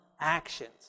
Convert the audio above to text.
actions